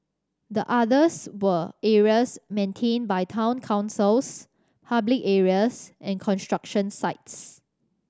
the others were areas maintained by town councils public areas and construction sites